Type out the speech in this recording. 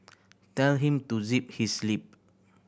tell him to zip his lip